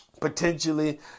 potentially